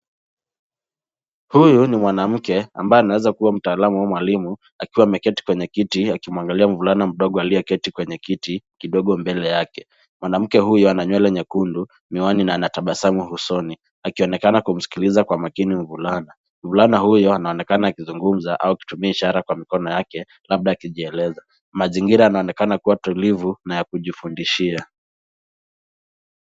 Huyu huyu ni mwanamke ambaye anaweza kuwa mtaalamu au mwalimu akiwa ameketi kwenye kiti akimwangalia mvulana mdogo aliyeketi kwenye kiti kidogo mbele yake ,mwanamke huyu ana nywele nyekundu miwani na anatabasamu usoni akionekana kumsikiliza kwa makini mvulana ,mvulana huyo anaonekana akizungumza au ukitumia ishara kwa mikono yake labda akijieleza mazingira yanaonekana kuwa tulivu na ya kujifundishia.